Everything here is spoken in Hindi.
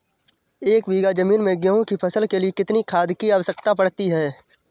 एक बीघा ज़मीन में गेहूँ की फसल के लिए कितनी खाद की आवश्यकता पड़ती है?